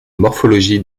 morphologie